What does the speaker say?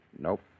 Nope